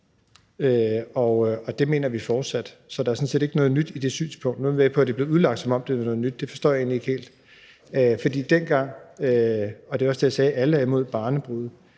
og det mener vi fortsat. Så der er sådan set ikke noget nyt i det synspunkt. Nu er jeg med på, at det bliver udlagt, som om det er noget nyt. Det forstår jeg egentlig ikke helt. Det er også det, jeg sagde: Alle er imod barnebrude.